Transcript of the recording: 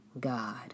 God